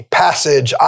passage